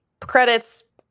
credits